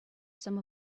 some